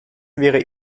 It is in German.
wäre